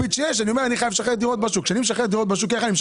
אני לא